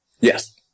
Yes